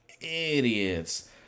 idiots